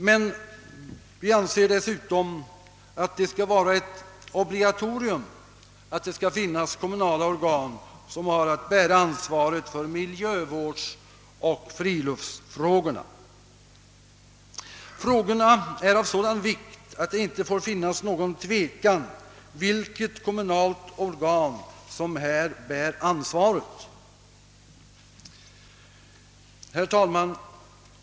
Men vi anser dessutom att det skall vara ett obligatorium att det tillskapas kommunala organ, som har att bära ansvaret för miljövårdsoch friluftsfrågorna. Frågorna är av sådan vikt att det inte får råda någon tvekan om vilket organ som här bär ansvaret. Herr talman!